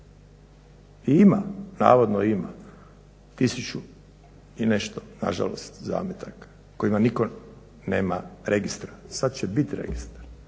i ima, navodno ima 1000 i nešto na žalost zametaka kojima nitko nema registra. Sad će biti registar.